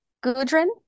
Gudrun